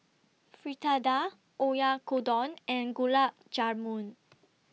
Fritada Oyakodon and Gulab Jamun